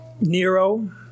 Nero